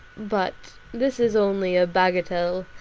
but this is only a bagatelle.